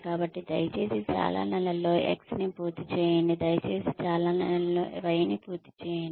కాబట్టి దయచేసి చాలా నెలల్లో X ని పూర్తి చేయండి దయచేసి చాలా నెలల్లో Y ని పూర్తి చేయండి